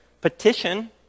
Petition